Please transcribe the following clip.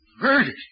Murdered